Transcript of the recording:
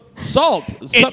Salt